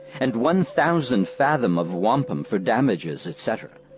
and one thousand fathom of wampum for damages, etc.